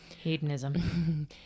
Hedonism